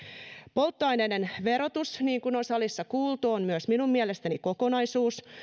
polttoaineiden verotus niin kun on salissa kuultu on myös minun mielestäni kokonaisuus